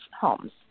homes